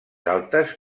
altes